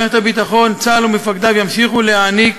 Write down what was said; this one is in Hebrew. מערכת הביטחון, צה"ל ומפקדיו ימשיכו להעניק